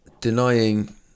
denying